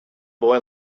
boy